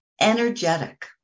energetic